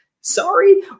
sorry